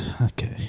okay